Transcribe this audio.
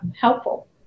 helpful